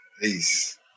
Peace